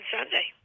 Sunday